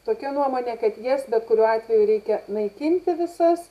tokia nuomonė kad jas bet kuriuo atveju reikia naikinti visas